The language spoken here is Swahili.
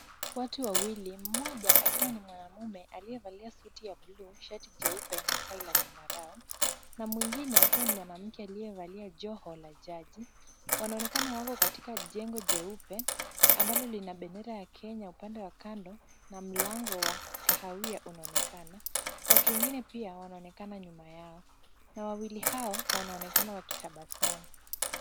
Watu wawili, mmoja akiwa ni mwanaume, aliyevalia suti ya bluu, shati jeupe na tai la zambarau na mwingine akiwa ni mwanamke aliyevalia joho la jaji, wanaonekana wako katika jengo jeupe ambalo lina bendera ya Kenya upande wa kando na mlango wa kahawia unaonekana. Watu wengine pia wanaonekana nyuma yao na wawili hao wanaonekana wakitabasamu.